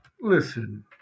Listen